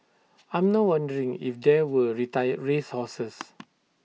I'm now wondering if they were retired race horses